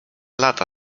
lata